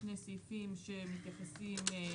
שני סעיפים שמתייחסים,